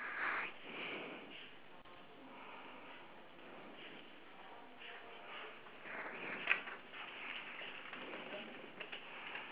okay ya it's a beach beach with a golf club yes um then you will see on the left hand side two uh two bin